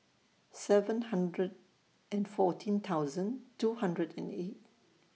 seven hundred and fourteen thousand two hundred and eight